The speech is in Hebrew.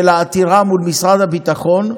של העתירה מול משרד הביטחון,